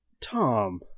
Tom